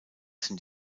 sind